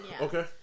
Okay